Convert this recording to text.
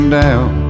down